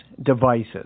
devices